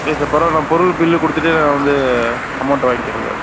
இல்லை சார் பரவாயில்லை நான் பொருள் பில்லு கொடுத்துட்டு நான் வந்து அமௌண்ட் வாங்கிக்கிறேன் சார்